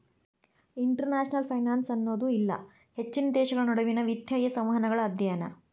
international finance ಅನ್ನೋದು ಇಲ್ಲಾ ಹೆಚ್ಚಿನ ದೇಶಗಳ ನಡುವಿನ್ ವಿತ್ತೇಯ ಸಂವಹನಗಳ ಅಧ್ಯಯನ